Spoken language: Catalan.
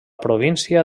província